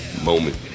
moment